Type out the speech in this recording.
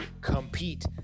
compete